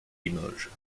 limoges